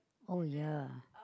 oh ya